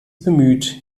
bemüht